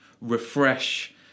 refresh